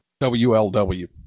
WLW